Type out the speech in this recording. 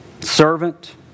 Servant